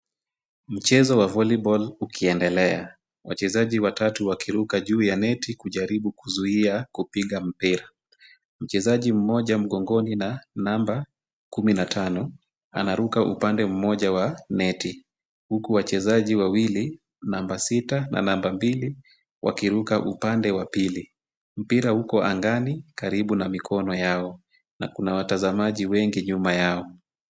Mchezo wa volleyball ukiendelea. Wachezaji watatu wakiruka juu ya neti kujaribu kuzuia kupiga mpira. Mchezaji mmoja mgongoni na namba kumi na tano anaruka upande mmoja wa neti. Huku wachezaji wawili namba sita na namba mbili wakiruka upande wa pili. Mpira uko angani karibu na mikono yao na kuna watazamaji wengi nyuma yao.